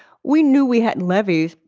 we knew we had levees.